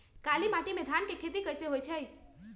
काली माटी में धान के खेती कईसे होइ छइ?